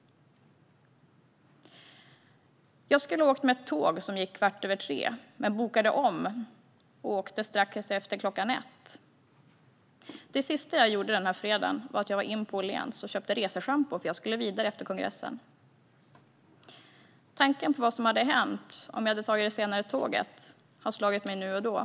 Jag skulle ha åkt med ett tåg som gick kvart över tre men bokade om och åkte strax efter ett. Det sista jag gjorde den här fredagen var att gå in på Åhléns och köpa reseschampo, för jag skulle vidare efter kongressen. Tanken på vad som hade hänt om jag hade tagit det senare tåget har slagit mig från och till.